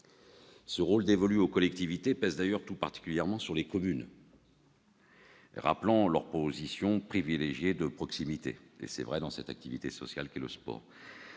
Le rôle dévolu aux collectivités pèse d'ailleurs tout particulièrement sur les communes, ce qui rappelle leur position privilégiée de proximité, notamment dans le cadre de l'activité sociale qu'est le sport.